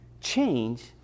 change